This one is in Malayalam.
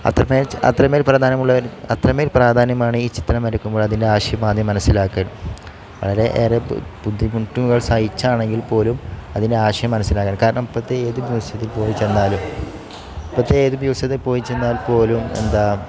അത്രമേൽ അത്രമേൽ പ്രധാന്യമുള്ള അത്രമേൽ പ്രാധാന്യമാണ് ഈ ചിത്രം വരക്കുമ്പോൾ അതിൻ്റെ ആശയം ആദ്യം മനസ്സിലാക്കാൻ വളരെ ഏറെ ബുദ്ധിമുട്ടുകൾ സഹിച്ചാണെങ്കിൽ പോലും അതിൻ്റെ ആശയം മനസ്സിലാക്കാൻ കാരണം ഇപ്പോഴത്തെ ഏതു മ്യൂസിയത്തിൽ പോയി ചെന്നാലും ഇപ്പോഴത്തെ ഏത് മ്യൂസിയത്തിൽ പോയി ചെന്നാൽ പോലും എന്താ